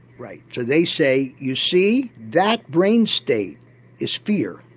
right, so they say you see, that brain state is fear',